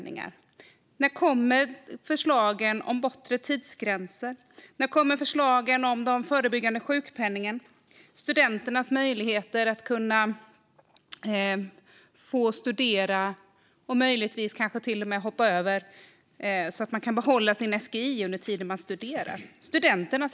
När kommer förslagen om bortre tidsgränser och om den förebyggande sjukpenningen? När kommer förslagen om studenters hälsa och sjukvård, om rehabilitering för studenter och om studenters möjligheter att kanske till och med behålla sin SGI under studietiden?